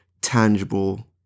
tangible